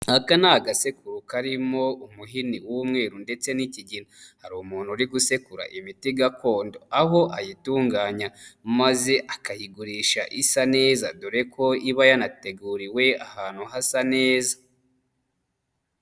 Aka ni agasekuru karimo umuhini w'umweru ndetse n'ikigina, hari umuntu uri gusekura imiti gakondo aho ayitunganya maze akayigurisha isa neza, dore ko iba yanateguriwe ahantu hasa neza.